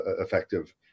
effective